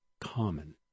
common